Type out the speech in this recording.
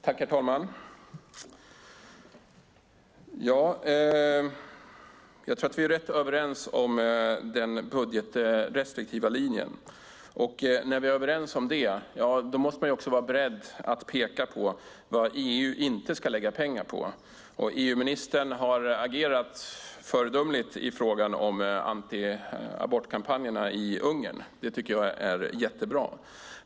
Herr talman! Jag tror att vi är rätt överens om den budgetrestriktiva linjen. När vi är överens om det måste man vara beredd att peka på vad EU inte ska lägga pengar på. EU-ministern har agerat föredömligt i frågan om antiabortkampanjerna i Ungern. Det tycker jag är jättebra.